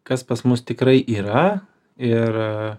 kas pas mus tikrai yra ir